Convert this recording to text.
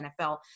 NFL